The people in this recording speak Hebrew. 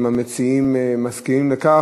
אם המציעים מסכימים לכך,